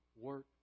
work